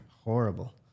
Horrible